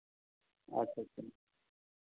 ᱟᱪᱪᱷᱟ ᱟᱪᱪᱷᱟ